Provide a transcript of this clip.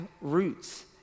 roots